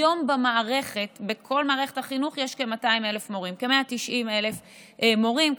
היום בכל מערכת החינוך יש כ-190,000 מורים,